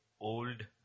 old